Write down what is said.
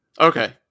Okay